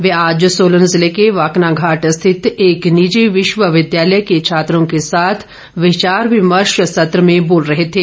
वे आज सोलन जिले के वाकनाघाट स्थित एक निजी विश्वविद्यालय के छात्रों के साथ विचार विमर्श सत्र में बोल रहे थे